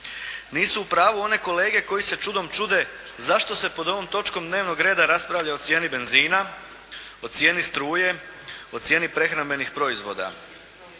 Nisu u pravu one kolege koje se čudom čude zašto se pod ovom točkom dnevnog reda raspravlja o cijeni benzina, o cijeni struje, o cijeni prehrambenih proizvoda.